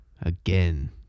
Again